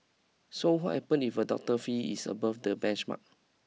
so what happens if a doctor's fee is above the benchmark